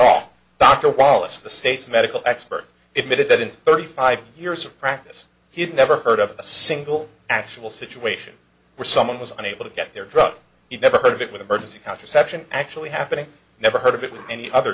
wallace the state's medical expert it made it that in thirty five years of practice he had never heard of a single actual situation where someone was unable to get their drugs he never heard of it with emergency contraception actually happening never heard of it with any other